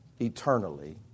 eternally